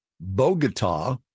Bogota